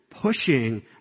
pushing